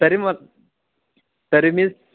तरी मग तरी मी